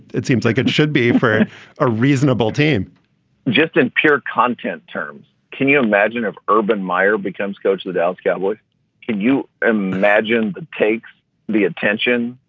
it seems like it should be for a reasonable team just in pure content terms can you imagine if urban meyer becomes coach the dallas cowboys? can you imagine that takes the attention,